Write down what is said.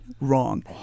wrong